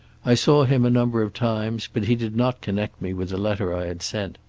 i saw him a number of times, but he did not connect me with the letter i had sent.